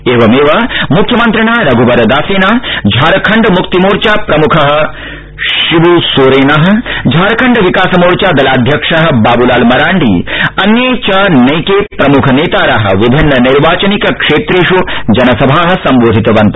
एवमेव म्ख्यमन्त्री रघ्बर दास झारखण्ड मुक्ति मोर्चा प्रमुख शिब् सोरेन झारखण्ड विकास मोर्चा दलाध्यक्ष बाबुलाल मंराडी अन्ये च नैके प्रमुख नेतार विभिन्न नैर्वाचनिक क्षेत्रेष् जनसभा संबोधितवन्त